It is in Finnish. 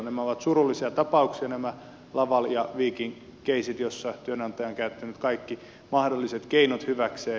nämä ovat surullisia tapauksia nämä laval ja viking keissit joissa työnantaja on käyttänyt kaikki mahdolliset keinot hyväkseen